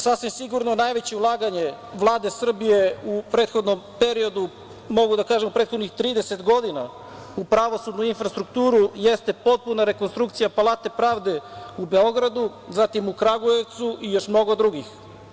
Sasvim sigurno najveće ulaganje Vlade Srbije u prethodnom periodu, mogu da kažem u prethodnih 30 godina, u pravosudnu infrastrukturu jeste potpuna rekonstrukcija Palate pravde u Beogradu, zatim u Kragujevcu i još mnogo drugih.